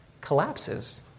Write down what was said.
collapses